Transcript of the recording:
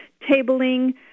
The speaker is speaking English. tabling